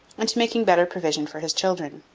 and to making better provision for his children.